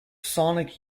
sonic